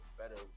better